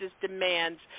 demands